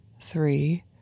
three